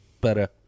better